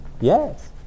yes